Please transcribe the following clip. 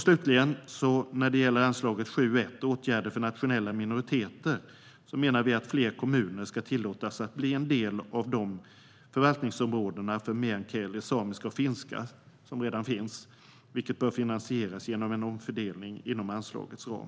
Slutligen gäller det anslaget 7:1, Åtgärder för nationella minoriteter. Vi menar att fler kommuner ska tillåtas att bli en del av de förvaltningsområden för meänkieli, samiska och finska som redan finns, vilket bör finansieras genom en omfördelning inom anslagets ram.